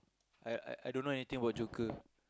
I I I don't know anything about joker